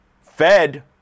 Fed